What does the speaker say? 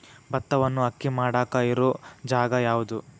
ಭತ್ತವನ್ನು ಅಕ್ಕಿ ಮಾಡಾಕ ಇರು ಜಾಗ ಯಾವುದು?